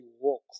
walk